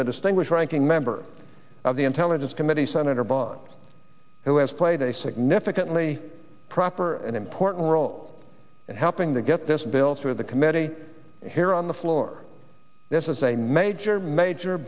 the distinguished ranking member of the intelligence committee senator bond who has played a significantly proper and important role in helping to get this bill through the committee here on the floor this is a major major